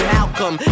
Malcolm